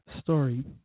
story